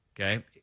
okay